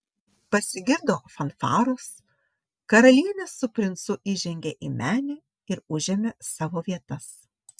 pasigirdo fanfaros karalienė su princu įžengė į menę ir užėmė savo vietas